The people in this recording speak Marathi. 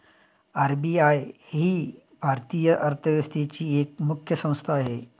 आर.बी.आय ही भारतीय अर्थव्यवस्थेची एक मुख्य संस्था आहे